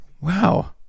Wow